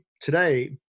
today